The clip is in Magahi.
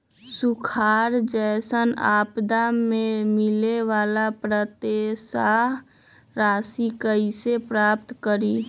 सुखार जैसन आपदा से मिले वाला प्रोत्साहन राशि कईसे प्राप्त करी?